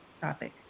topic